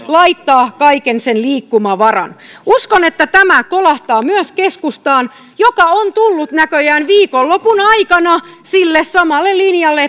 laittaa kaiken sen liikkumavaran uskon että tämä kolahtaa myös keskustaan joka on tullut näköjään viikonlopun aikana sille samalle linjalle